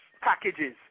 packages